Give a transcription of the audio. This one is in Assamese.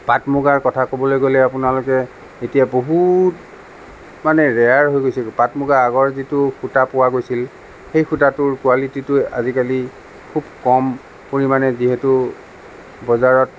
পাট মুগাৰ কথা ক'বলৈ গ'লে আপোনালোকে এতিয়া বহুত মানে ৰেয়াৰ হৈ গৈছেগে পাট মুগা আগৰ যিটো সূতা পোৱা গৈছিল সেই সূতাটোৰ কোৱালিটিটো আজিকালি খুব কম পৰিমাণে যিহেতু বজাৰত